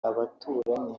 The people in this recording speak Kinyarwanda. abaturanyi